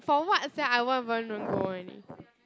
for what sia I won't even any